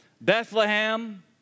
Bethlehem